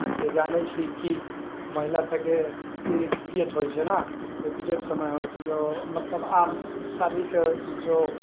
अहाँके जानै छिए कि महिलासबके पीरिअड होइ छै ने जे पीरिअड समय होइ छै जँ मतलब आब शारीरिक जे